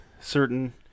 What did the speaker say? certain